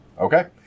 Okay